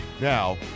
Now